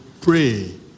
pray